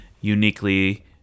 uniquely